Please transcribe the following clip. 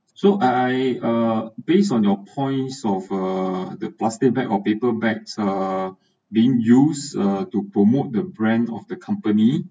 so I uh based on your points of uh the plastic bag or paper bags uh being used uh to promote the brand of the company